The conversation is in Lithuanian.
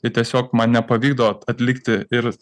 tai tiesiog man nepavykdavo atlikti ir